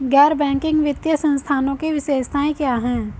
गैर बैंकिंग वित्तीय संस्थानों की विशेषताएं क्या हैं?